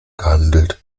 gehandelt